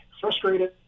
frustrated